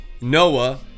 Noah